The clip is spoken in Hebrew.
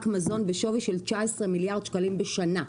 מזון בשווי של 19 מיליארד שקלים בשנה?